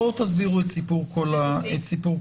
בואו תסבירו את סיפור כל החוזרים.